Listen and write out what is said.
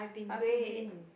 how have you been